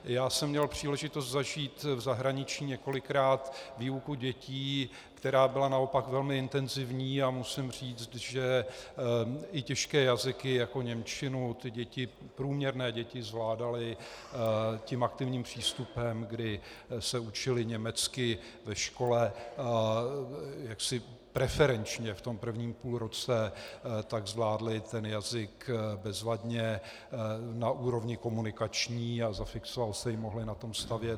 Já jsem měl příležitost zažít v zahraničí několikrát výuku dětí, která byla naopak velmi intenzivní, a musím říct, že i těžké jazyky jako němčinu ty děti, průměrné děti zvládaly tím aktivním přístupem, kdy se učily německy ve škole a jaksi preferenčně v tom prvním půlroce tak zvládly ten jazyk bezvadně na úrovni komunikační a zafixoval se jim, mohly na tom stavět.